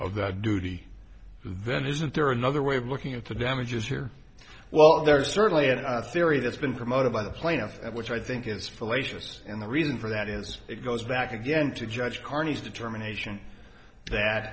of that duty then isn't there another way of looking at the damages here well there is certainly and i theory that's been promoted by the plaintiff which i think is fallacious and the reason for that is it goes back again to judge carney's determination that